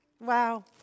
Wow